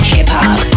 Hip-hop